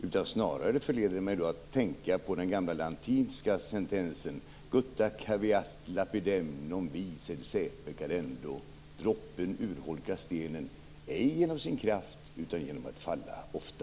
Det föranleder mig snarare att tänka på den gamla latinska sentensen: Gutta cavat lapidem, non vi sed saepe cadendo - droppen urholkar stenen, ej genom sin kraft, utan genom att falla ofta.